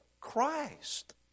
Christ